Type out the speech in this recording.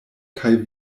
kaj